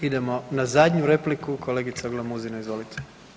Idemo na zadnju repliku kolegica Glamuzina, izvolite.